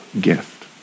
gift